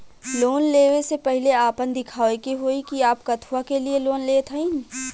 Loan ले वे से पहिले आपन दिखावे के होई कि आप कथुआ के लिए लोन लेत हईन?